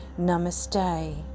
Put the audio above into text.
Namaste